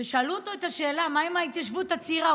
ושאלו אותו את השאלה: מה עם ההתיישבות הצעירה?